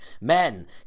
Men